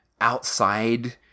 outside